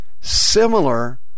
similar